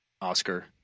Oscar